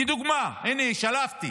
כדוגמה, הינה, שלפתי,